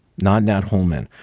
not nat holman.